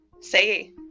say